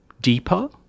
deeper